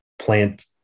plant